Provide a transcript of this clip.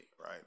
right